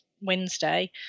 Wednesday